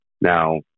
Now